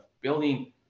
building